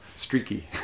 Streaky